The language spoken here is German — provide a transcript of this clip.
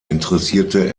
interessierte